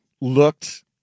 looked